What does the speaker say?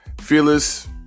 Fearless